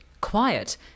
quiet